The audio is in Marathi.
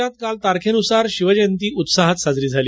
राज्यात काल तारखेन्सार शिवजयंती उत्साहात साजरी झाली